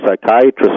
psychiatrist